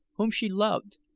whom she loved,